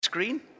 Screen